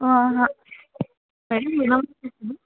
ఆహా పెట్టుకున్నాం